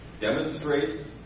demonstrate